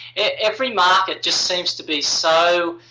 every market just seems to be so